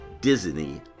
Disney